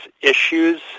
issues